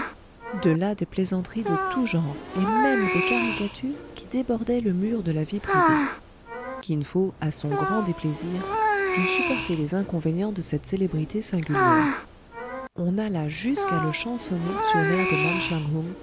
de là des plaisanteries de tout genre et même des caricatures qui débordaient le mur de la vie privée kin fo à son grand déplaisir dut supporter les inconvénients de cette célébrité singulière on alla jusqu'à le chansonner sur l'air de